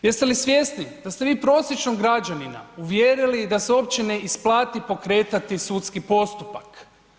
Jeste li svjesni da ste vi prosječnog građanina uvjerili da se uopće ne isplati pokretati sudski postupak.